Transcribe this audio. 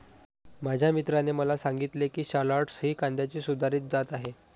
माझ्या मित्राने मला सांगितले की शालॉट्स ही कांद्याची सुधारित जात आहे